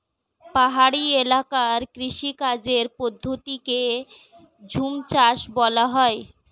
পাহাড়ি এলাকার কৃষিকাজের পদ্ধতিকে ঝুমচাষ বলা হয়